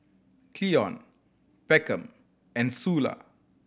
Cleon Beckham and Sula